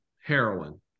heroin